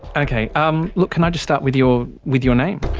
okay um look can i just start with your, with your name?